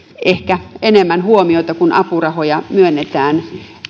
ehkä enemmän huomiota kun apurahoja myönnetään